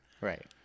right